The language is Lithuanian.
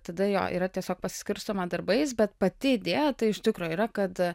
tada jo yra tiesiog pasiskirstoma darbais bet pati idėja tai iš tikro yra kad